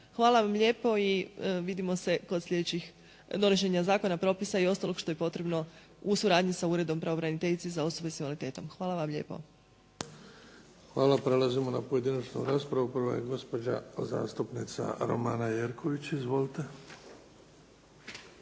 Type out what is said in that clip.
Hvala vam lijepo. Vidimo se kod slijedećih donošenja zakona, propisa i ostalog što je potrebno u suradnji sa Uredom pravobraniteljice za osobe s invaliditetom. Hvala vam lijepo. **Bebić, Luka (HDZ)** Hvala. Prelazimo na pojedinačnu raspravu. Prva je gospođa zastupnica Romana Jerković. Izvolite.